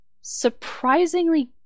surprisingly